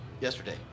yesterday